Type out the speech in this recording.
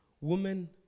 Woman